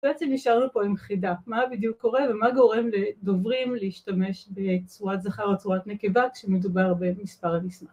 בעצם נשארנו פה עם חידה, מה בדיוק קורה ומה גורם לדוברים להשתמש בצורת זכר או צורת נקבה כשמדובר במספר אנשים